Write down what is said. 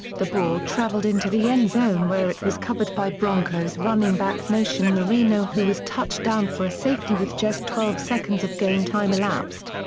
the ball traveled into the endzone where it was covered by broncos broncos running back knowshon moreno who was touched down for a safety with just twelve seconds of game time elapsed.